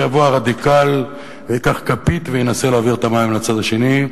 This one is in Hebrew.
ויבוא הרדיקל וייקח כפית וינסה להעביר את המים לצד השני.